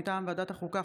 מטעם ועדת החוקה,